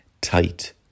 tight